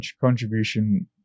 contribution